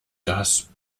das